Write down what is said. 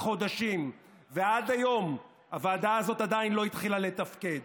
חודשים ועד היום הוועדה הזאת עדיין לא התחילה לתפקד.